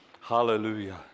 Hallelujah